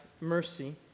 mercy